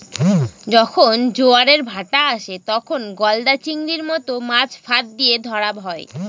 যখন জোয়ারের ভাঁটা আসে, তখন গলদা চিংড়ির মত মাছ ফাঁদ দিয়ে ধরা হয়